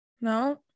No